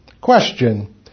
Question